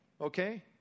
Okay